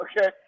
okay